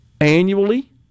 annually